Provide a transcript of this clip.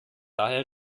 daher